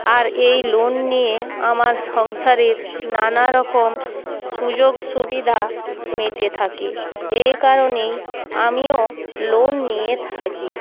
আর এই লোন নিয়ে আমার সংসারের নানারকম সুযোগ সুবিধা মিটে থাকে এই কারণেই আমিও লোন নিয়ে থাকি